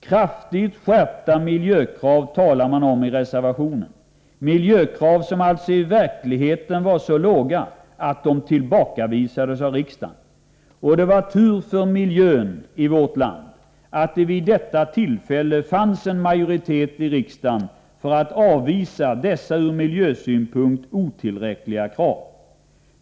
”Kraftigt skärpta miljökrav” talar man om i reservationen. Det var miljökrav som i verkligheten var så låga att de tillbakavisades av riksdagen. Och det var tur för miljön i vårt land att det vid detta tillfälle fanns en majoritet i riksdagen för att avvisa dessa från miljösynpunkt otillräckliga krav.